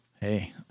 Hey